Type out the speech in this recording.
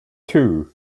two